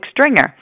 Stringer